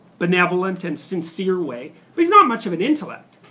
benevolent and sincere way. but he's not much of an intellect.